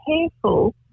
careful